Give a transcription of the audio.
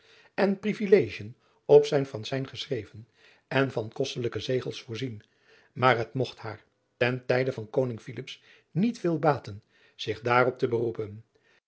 en privilegien op sijn fransijn geschreven en van kostelijke zegels voorzien maar het mogt haar ten tijde van oning niet veel baten zich daarop te beroepen